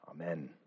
Amen